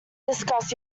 discuss